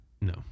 No